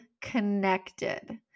connected